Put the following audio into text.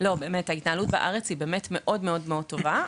לא באמת ההתנהלות בארץ היא באמת מאוד מאוד מאוד טובה,